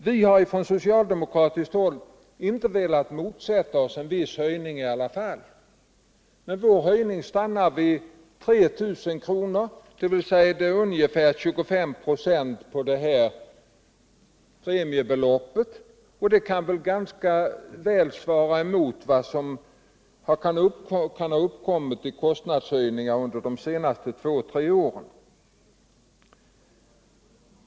Vi har på socialdemokratiskt håll inte velat motsätta oss en viss höjning i alla fall, men vår höjning stannar vid 3 000 kr., dvs. ungefär 25 96 av premiebeloppet, och det kan väl ganska väl svara mot kostnadshöjningarna under de senaste två till tre åren.